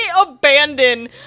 abandoned